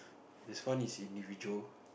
this one is individual